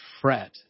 fret